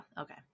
Okay